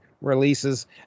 releases